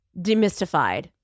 demystified